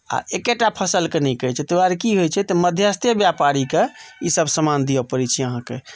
आ एकेटा फसलके नीक होइत छै तहि दुआरे की होइत छै तऽ मध्यस्थे व्यापारीकेँ ईसभ सामान दिअ पड़ैत छै अहाँकेँ